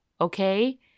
okay